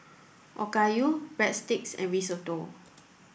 Okayu Breadsticks and Risotto